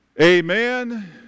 amen